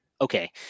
okay